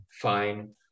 fine